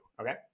Okay